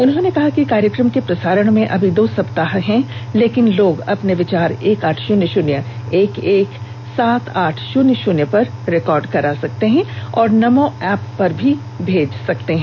उन्होंने कहा कि कार्यक्रम के प्रसारण में अभी दो सप्ताह है लेकिन लोग अपने विचार एक आठ शून्य शून्य एक एक सात आठ शून्य शून्य पर रिकॉर्ड करा सकते हैं और नमो एप पर भेज सकते हैं